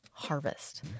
harvest